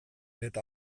eta